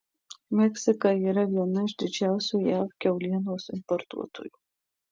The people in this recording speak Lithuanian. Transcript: meksika yra viena iš didžiausių jav kiaulienos importuotojų